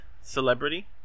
celebrity